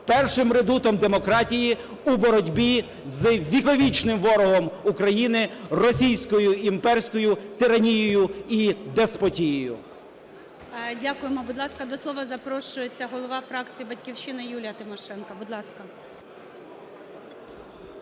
першим редутом демократії у боротьбі з віковічним ворогом України – російською імперською тиранією і деспотією. ГОЛОВУЮЧИЙ. Дякуємо. Будь ласка, до слова запрошується голова фракції "Батьківщина" Юлія Тимошенко. Будь ласка.